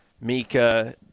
Mika